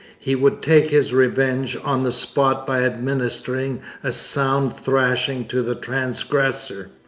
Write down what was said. he would take his revenge on the spot by administering a sound thrashing to the transgressor.